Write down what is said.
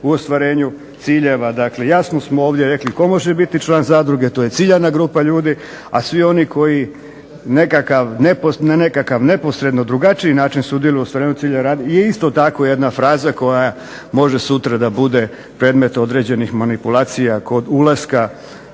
u ostvarenju ciljeva. Dakle jasno smo ovdje rekli tko može biti član zadruge, to je ciljana grupa ljudi, a svi oni koji nekakav, na nekakav neposredno drugačiji način sudjeluje u ostvarenju ciljeva …/Ne razumije se./… je isto tako jedna fraza koja može sutra da bude predmet određenih manipulacija kod ulaska